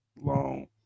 long